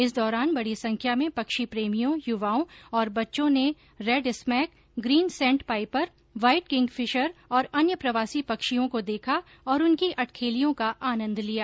इस दौरान बड़ी संख्या में पक्षी प्रेमियों युवाओं और बच्चों ने redshank green sandpiper white kingfisher और अन्य प्रवासी पक्षियों को देखा और उनकी अठखेलियों का आनन्द लिया